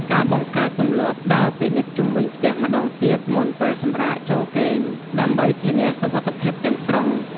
ការបង្កើតទម្លាប់ដើរពិនិត្យជុំវិញផ្ទះម្តងទៀតមុនពេលសម្រាកចូលគេងដើម្បីធានាសុវត្ថិភាពទាំងស្រុង។